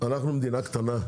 אנחנו מדינה קטנה.